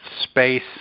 space